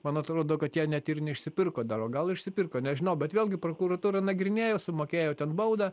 man atrodo kad jie net ir neišsipirko dar o gal išsipirko nežinau bet vėlgi prokuratūra nagrinėjo sumokėjo ten baudą